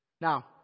Now